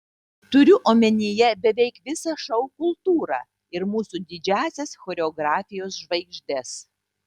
turiu omenyje beveik visą šou kultūrą ir mūsų didžiąsias choreografijos žvaigždes